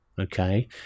Okay